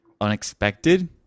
unexpected